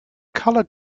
colour